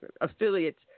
affiliates